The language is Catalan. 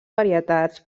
varietats